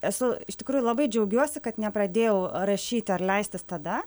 esu iš tikrųjų labai džiaugiuosi kad nepradėjau rašyti ar leistis tada